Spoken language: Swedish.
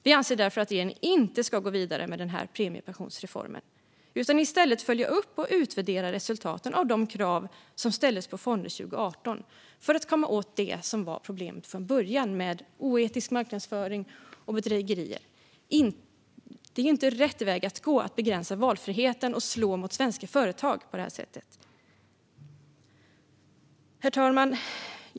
Vi anser därför att regeringen inte ska gå vidare med den här premiepensionsreformen utan i stället följa upp och utvärdera resultaten av de krav som ställdes på fonder 2018 för att komma åt det som var problemet från början, nämligen oetisk marknadsföring och bedrägerier. Att begränsa valfriheten och slå mot svenska företag på det här sättet är inte rätt väg att gå. Herr talman!